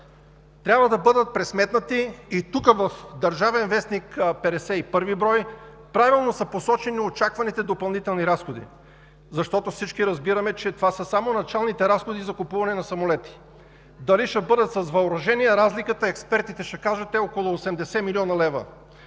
трябва да бъдат пресметнати – в „Държавен вестник“, 51 брой, правилно са посочени очакваните допълнителни разходи. Всички разбираме, че това са само началните разходи за закупуване на самолети. Дали ще бъдат с въоръжение – разликата, експертите ще кажат, е около 80 млн. лв.